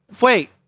Wait